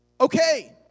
Okay